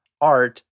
art